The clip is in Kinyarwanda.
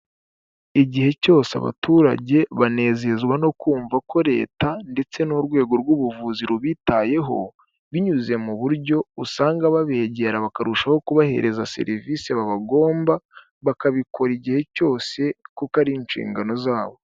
Igihe cyose abaturage banezezwa no kumva ko leta ndetse n'urwego rw'ubuvuzi rubitayeho, binyuze mu buryo usanga babegera bakarushaho kubahereza serivisi babagomba, bakabikora igihe cyose kuko ari inshingano zabo.